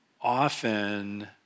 Often